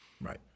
Right